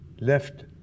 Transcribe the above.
left